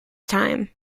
time